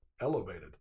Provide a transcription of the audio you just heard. elevated